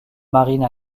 marines